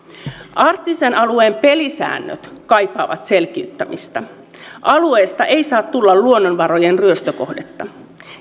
arktisen alueen pelisäännöt kaipaavat selkiyttämistä alueesta ei saa tulla luonnonvarojen ryöstökohdetta